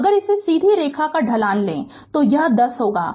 तो अगर इस सीधी रेखा का ढलान लें तो यह 10 होगा